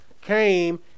came